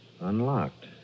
Unlocked